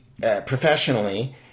professionally